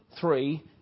three